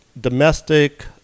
domestic